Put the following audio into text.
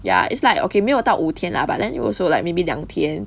ya it's like okay 没有到五天 lah but then 有 also like maybe 两天